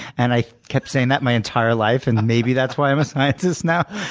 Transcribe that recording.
and i kept saying that my entire life. and maybe that's why i'm a scientist now.